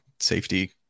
safety